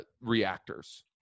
reactors